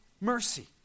mercy